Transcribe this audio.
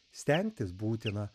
stengtis būtina